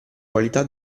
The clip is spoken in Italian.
qualità